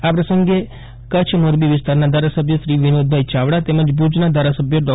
આ પ્રસંગે કચ્છ મોરબી વિસ્તારના સાંસદ શ્રી વિનોદભાઈ ચાવડા તેમજ ભુજના ધારાસભ્ય ડો